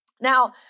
Now